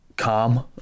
Calm